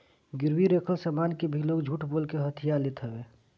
गिरवी रखल सामान के भी लोग झूठ बोल के हथिया लेत हवे